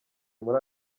muri